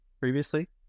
previously